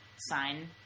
sign